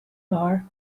bar